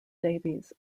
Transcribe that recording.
davies